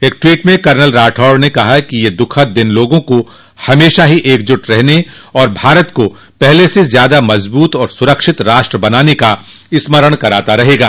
एक ट्वीट में कर्नल राठौड़ ने कहा कि यह दुखद दिन लोगों को हमेशा ही एकजुट रहने और भारत को पहले से ज्यादा मजबूत और सुरक्षित राष्ट्र बनाने का स्मरण कराता रहेगा